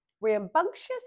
rambunctious